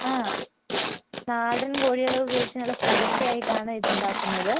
അതെ നാടൻ കോഴികളെ ഉപയോഗിച്ച് നല്ല സ്പൈസി ആയിട്ടാണ് ഇത് ഉണ്ടാക്കുന്നത്